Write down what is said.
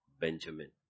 Benjamin